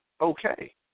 okay